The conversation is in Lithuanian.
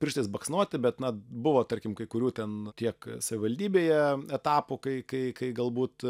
pirštais baksnoti bet na buvo tarkim kai kurių ten tiek savivaldybėje etapų kai kai kai galbūt